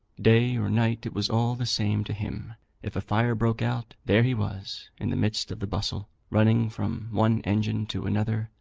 day or night, it was all the same to him if a fire broke out, there he was in the midst of the bustle, running from one engine to another,